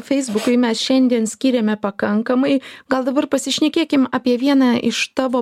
feisbukui mes šiandien skyrėme pakankamai gal dabar pasišnekėkim apie vieną iš tavo